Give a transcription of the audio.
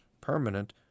permanent